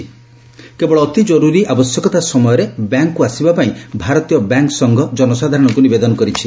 bank appeal କେବଳ ଅତି ଆବଶ୍ୟକତା ସମୟରେ ବ୍ୟାଙ୍କକୁ ଆସିବା ପାଇଁ ଭାରତୀୟ ବ୍ୟାଙ୍କ ସଂଘ ଜନସାଧାରଣଙ୍କୁ ନିବେଦନ କରିଛି